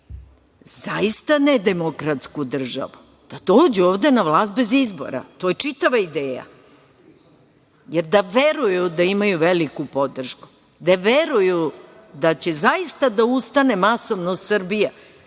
zaista nedemokratsku državu, da dođu ovde na vlast bez izbora. To je čitava ideja. Jer, da veruju da imaju veliku podršku, da veruju da će zaista da ustane masovno Srbija